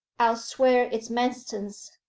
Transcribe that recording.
i'll swear it's manston's!